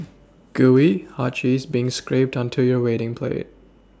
Gooey hot cheese being scrapped onto your waiting plate